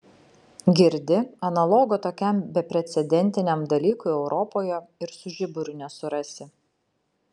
girdi analogo tokiam beprecedentiniam dalykui europoje ir su žiburiu nesurasi